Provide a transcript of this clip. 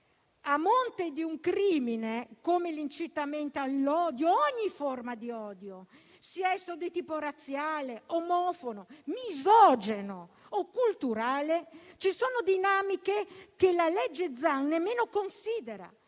A monte di un crimine come l'incitamento all'odio, ogni forma di odio, sia esso di tipo razziale, omofobo, misogino o culturale, ci sono dinamiche che il provvedimento nemmeno considera.